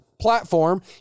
platform